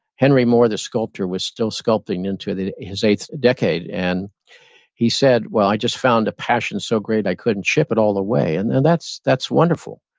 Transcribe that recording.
henry moore, the sculpture was still sculpting into his eighth decade and he said, well, i just found a passion so great i couldn't ship it all the way, and and that's that's wonderful,